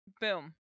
Boom